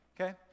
Okay